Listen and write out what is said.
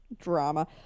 Drama